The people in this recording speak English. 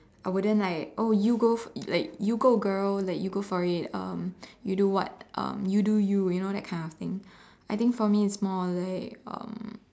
I wouldn't like oh you go for like you go girl like you go for it um you do what um you do you you know that kind of thing I think for me is more like um